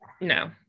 No